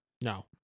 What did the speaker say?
No